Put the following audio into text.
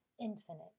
infinite